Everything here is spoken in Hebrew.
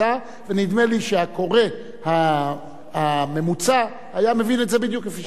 ונדמה לי שהקורא הממוצע היה מבין את זה בדיוק כפי שהיא הבינה.